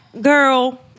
girl